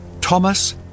Thomas